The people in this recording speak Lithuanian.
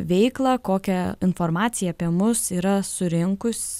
veiklą kokią informaciją apie mus yra surinkus